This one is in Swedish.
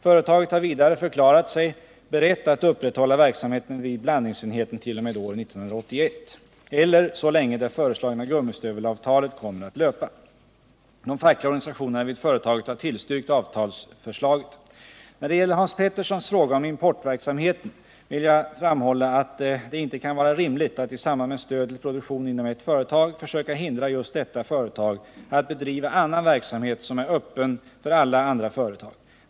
Företaget har vidare förklarat sig berett att upprätthålla verksamheten vid blandningsenheten t.o.m. år 1981, eller så länge det föreslagna gummistövelavtalet kommer att löpa. De fackliga organisationerna vid företaget har tillstyrkt avtalsförslaget. När det gäller Hans Petterssons fråga om importverksamheten vill jag framhålla att det inte kan vara rimligt att i samband med stöd till produktion inom ett företag försöka hindra just detta företag att bedriva annan verksamhet, som är öppen för alla andra företag.